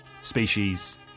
Species